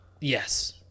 Yes